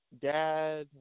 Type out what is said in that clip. Dad